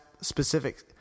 specific